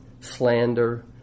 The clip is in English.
slander